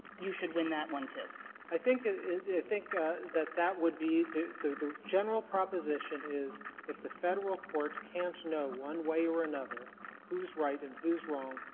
you should win that one, too? katyal i think i think that that would be the the general proposition is if the federal court can't know one way or another who's right and who's wrong,